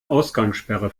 ausgangssperre